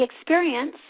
experience